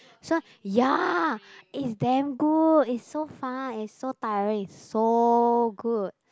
so ya it's damn good it's so fun and so tiring and so good